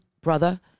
brother